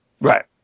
Right